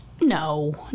No